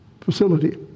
facility